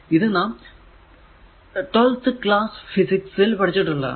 ഇത് നാം 12 ക്ലാസ് ഫിസിക്സ് ൽ പഠിച്ചതാണ്